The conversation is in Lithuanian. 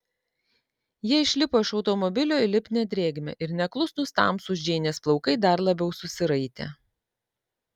jie išlipo iš automobilio į lipnią drėgmę ir neklusnūs tamsūs džeinės plaukai dar labiau susiraitė